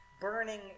burning